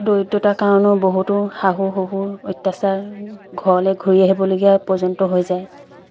দৰিদ্ৰতাৰ কাৰণেও বহুতো শাহু শহুৰ অত্যাচাৰ ঘৰলৈ ঘূৰি আহিবলগীয়া পৰ্যন্ত হৈ যায়